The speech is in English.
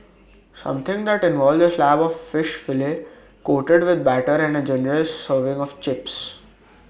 something that involves A slab of fish fillet coated with batter and A generous serving of chips